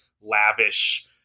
lavish